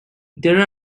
there